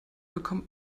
bekommen